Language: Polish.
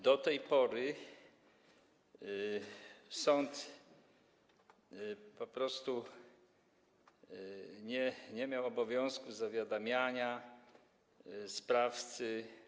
Do tej pory sąd po prostu nie miał obowiązku zawiadamiania sprawcy.